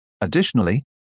Additionally